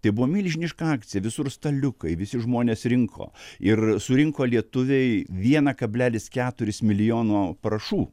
tai buvo milžiniška akcija visur staliukai visi žmonės rinko ir surinko lietuviai vieną kablelis keturis milijono parašų